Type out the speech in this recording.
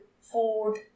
food